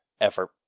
effort